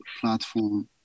platform